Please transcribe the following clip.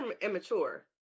immature